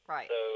Right